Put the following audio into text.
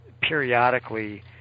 periodically